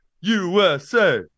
USA